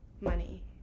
money